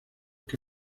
que